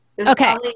okay